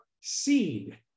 seed